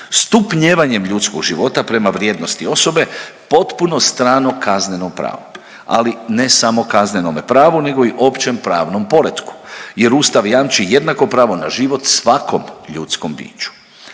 stupnjevanjem ljudskog života prema vrijednosti osobe potpuno strano kaznenom pravu ali ne samo kaznenome pravu nego i općem pravnom poretku jer Ustav jamči jednako pravo na život svakom ljudskom biću.